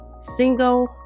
single